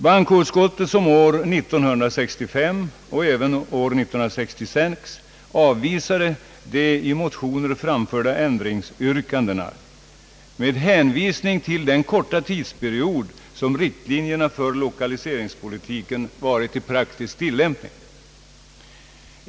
Bankoutskottet avvisade år 1965 och även år 1966 de i motioner framförda ändringsyrkandena med hänvisning till den korta tidsperiod som riktlinjerna för lokaliseringspolitiken varit i praktisk tillämpning.